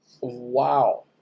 Wow